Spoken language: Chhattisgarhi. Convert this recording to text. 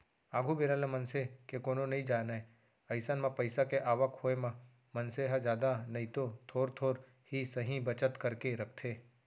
आघु बेरा ल मनसे के कोनो नइ जानय अइसन म पइसा के आवक होय म मनसे ह जादा नइतो थोर थोर ही सही बचत करके रखथे